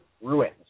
ruins